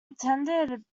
attended